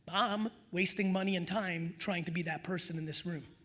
i'm wasting money and time trying to be that person in this room.